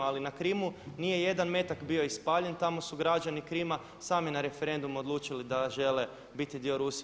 Ali na Krimu nije jedan metak bio ispaljen tamo su građani Krima sami na referendumu odlučili da žele biti dio Rusije.